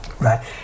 right